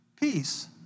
Peace